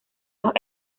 los